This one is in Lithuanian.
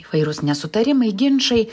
įvairūs nesutarimai ginčai